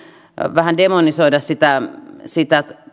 vähän demonisoida